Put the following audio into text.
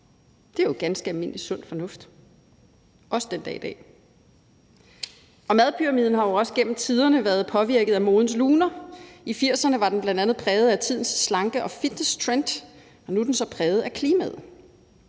Det er jo ganske almindelig sund fornuft også den dag i dag. Madpyramiden har jo også gennem tiderne været påvirket af modens luner. I 1980'erne var den bl.a. præget af tidens slanke- og fitnesstrend, og nu er den så præget af klimaet.